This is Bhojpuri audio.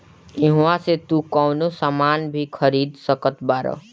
इहवा से तू कवनो सामान भी खरीद सकत बारअ